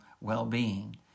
well-being